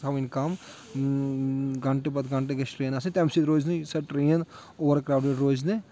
تھاوٕنۍ کَم گنٛٹہٕ پتہٕ گنٛٹہٕ گژھِ ٹرٛین آسٕنۍ تَمہِ سۭتۍ روزِ نہٕ یُس ٹرٛین اُوَر کرٛاوڈِڈ روزِ نہٕ